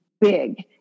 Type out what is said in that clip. big